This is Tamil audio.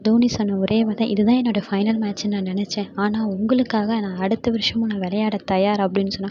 தோனி சொன்ன ஒரே வார்த்தை இதுதான் என்னோட ஃபைனல் மேட்ச்சுன்னு நான் நினச்சேன் ஆனால் உங்களுக்காக நான் அடுத்த வருஷமும் நான் விளையாட தயார் அப்படின்னு சொன்னார்